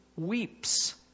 weeps